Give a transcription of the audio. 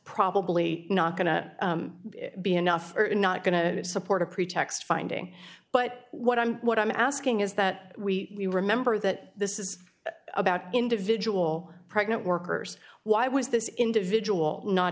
probably not going to be enough or not going to support a pretext finding but what i'm what i'm asking is that we remember that this is about individual pregnant workers why was this individual not